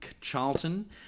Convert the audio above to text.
Charlton